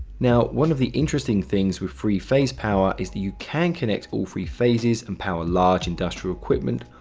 now one of the interesting things with three phase power, is that you can connect all three phases and power large industrial equipment,